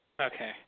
okay